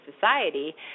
society